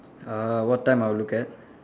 uh what time I'll look at